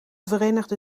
verenigde